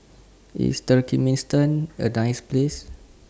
IS Turkmenistan A nice Place